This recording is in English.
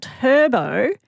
turbo